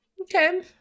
okay